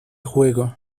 juego